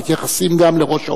מתייחסים גם לראש האופוזיציה.